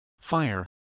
fire